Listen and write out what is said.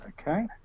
Okay